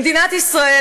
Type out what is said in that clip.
במדינת ישראל,